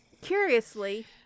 Curiously